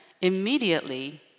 immediately